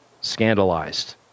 scandalized